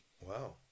Wow